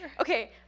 okay